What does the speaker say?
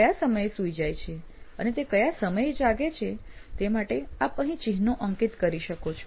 તે કયા સમયે સૂઈ જાય છે અને કયા સમયે તે જાગે છે તે માટે આપ અહીં ચિહ્નો અંકિત કરી શકો છો